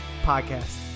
podcast